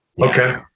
Okay